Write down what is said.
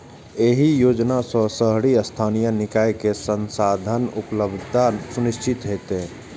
एहि योजना सं शहरी स्थानीय निकाय कें संसाधनक उपलब्धता सुनिश्चित हेतै